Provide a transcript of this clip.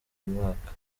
mwaka